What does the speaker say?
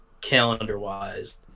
Calendar-wise